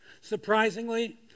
Surprisingly